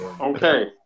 Okay